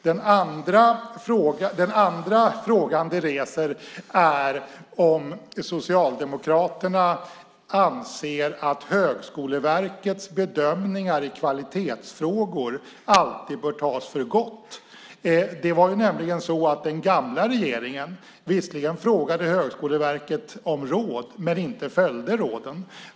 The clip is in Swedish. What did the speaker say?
Den andra frågan detta reser är om Socialdemokraterna anser att Högskoleverkets bedömningar i kvalitetsfrågor alltid bör tas för gott. Det var nämligen så att den gamla regeringen visserligen frågade Högskoleverket om råd men sedan inte följde råden.